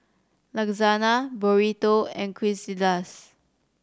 Lasagna Burrito and Quesadillas